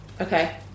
Okay